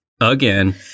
again